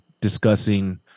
discussing